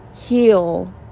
heal